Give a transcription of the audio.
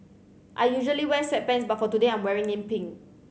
I usually wear sweatpants but for today I'm wearing in pink